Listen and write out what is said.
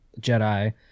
Jedi